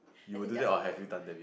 as in just of the